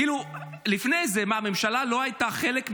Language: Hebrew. כאילו מה, לפני זה הממשלה לא הייתה חלק מהממשלות?